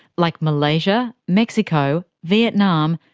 like malaysia, mexico, vietnam,